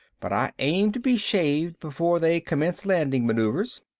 but i aim to be shaved before they commence landing maneuvers.